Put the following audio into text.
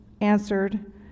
answered